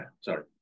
Sorry